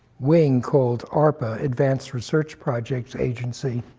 wing called arpa, advanced research projects agency.